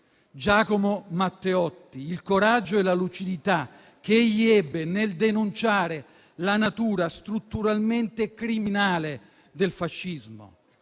Giacomo Matteotti e il coraggio e la lucidità che ebbe nel denunciare la natura strutturalmente criminale del fascismo